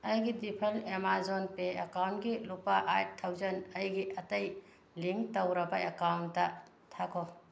ꯑꯩꯒꯤ default Amazon Pay ꯑꯦꯛꯀꯥꯎꯟꯒꯤ ꯂꯨꯄꯥ ꯑꯥꯏꯗ ꯊꯥꯎꯖꯟ ꯑꯩꯒꯤ ꯑꯇꯩ ꯂꯤꯡ ꯇꯧꯔꯕ ꯑꯦꯛꯀꯥꯎꯟꯗ ꯊꯥꯈꯣ